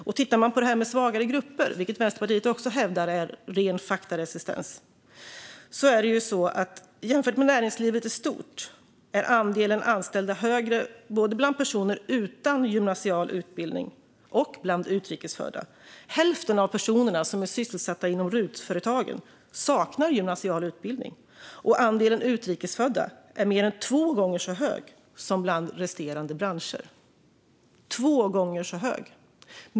Om man tittar på detta med svagare grupper, vilket Vänsterpartiet också hävdar är ren faktaresistens, ser man att jämfört med näringslivet i stort är andelen anställda större både bland personer utan gymnasial utbildning och bland utrikesfödda. Hälften av de personer som är sysselsatta inom RUT-företagen saknar gymnasial utbildning, och andelen utrikesfödda är mer än två gånger så stor som bland resterande branscher.